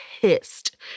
pissed